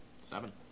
Seven